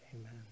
Amen